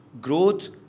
Growth